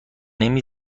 نمی